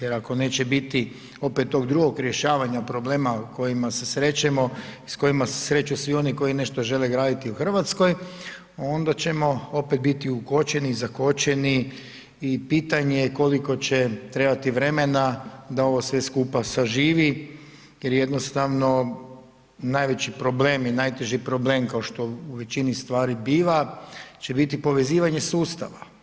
Jer ako neće biti opet tog drugog rješavanja problema s kojima se srećemo i s kojima se sreću svi oni koji nešto žele graditi u Hrvatskoj, onda ćemo opet biti ukočeni, zakočeni i pitanje je koliko će trebati vremena da ovo sve skupa saživi, jer jednostavno najveći problem i najteži problem kao što u većini stvari biva će biti povezivanje sustava.